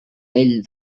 ell